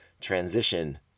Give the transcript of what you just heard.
transition